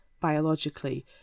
biologically